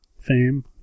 fame